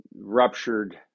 ruptured